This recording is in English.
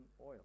oil